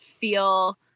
feel